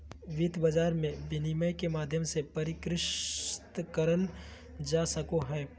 वित्त के बाजार मे विनिमय के माध्यम भी परिष्कृत करल जा सको हय